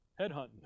headhunting